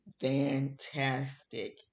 fantastic